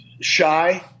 shy